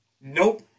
nope